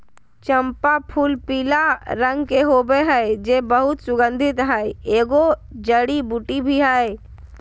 चम्पा फूलपीला रंग के होबे हइ जे बहुत सुगन्धित हइ, एगो जड़ी बूटी भी हइ